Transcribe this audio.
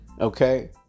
Okay